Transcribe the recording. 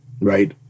Right